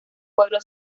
pueblo